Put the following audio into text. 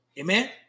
Amen